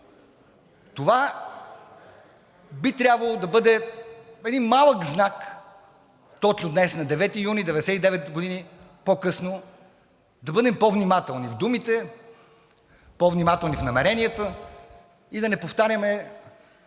Това би трябвало да бъде един малък знак – точно днес, на 9 юни, 99 години по-късно, да бъдем по-внимателни в думите, по внимателни в намеренията и да не повтаряме